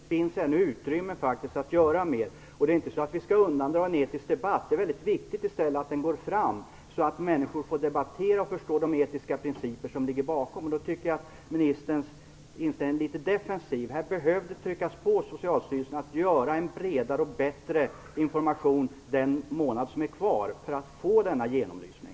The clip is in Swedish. Herr talman! Det är rätt kort tid kvar. Men det finns ännu utrymme för att göra mer. Vi skall inte undandra oss en etisk debatt. Det är i stället mycket viktigt att debatten går fram, så att människor får debattera och kan förstå de bakomliggande etiska principerna. Jag tycker att ministerns inställning är litet defensiv. Socialstyrelsen behöver tryckas på, så att man gör en bredare och bättre information under den månad som är kvar och så att vi får denna genomlysning.